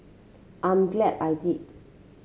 I'm glad I did